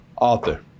author